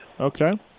Okay